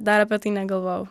dar apie tai negalvojau